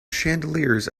chandeliers